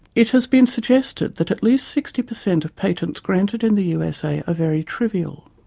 it has been suggested that at least sixty percent of patents granted in the usa are very trivial.